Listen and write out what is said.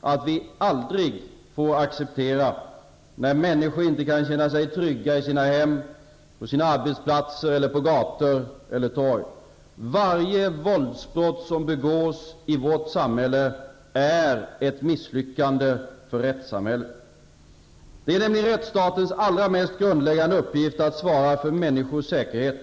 att vi aldrig får acceptera att människor inte kan känna sig trygga i sina hem, på sina arbetsplatser eller på gator och torg. Varje våldsbrott som begås i vårt samhälle är ett misslyckande för rättssamhället. Det är rättsstatens mest grundläggande uppgift att svara för människors säkerhet.